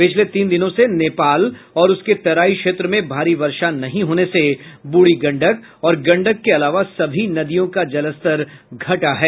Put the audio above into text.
पिछले तीन दिनों से नेपाल और उसके तराई क्षेत्र में भारी वर्षा नहीं होने से बूढ़ी गंडक और गंडक के अलावा सभी नदियों का जलस्तर घटा है